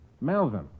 melvin